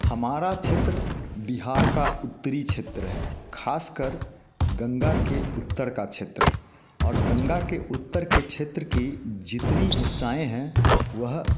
हमारा क्षेत्र बिहार का उत्तरी क्षेत्र है खासकर गंगा के उत्तर का क्षेत्र और गंगा के उत्तर के क्षेत्र की जितनी हिस्साएँ हैं वह